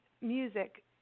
music